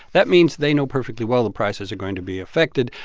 that means they know perfectly well the prices are going to be affected.